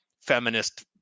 feminist